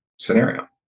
scenario